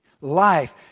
life